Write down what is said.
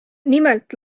nimelt